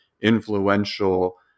influential